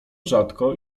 rzadko